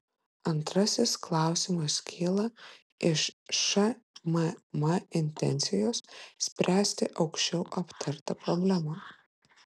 antrasis klausimas kyla iš šmm intencijos spręsti aukščiau aptartą problemą